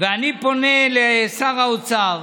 ואני פונה לשר האוצר,